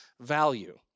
value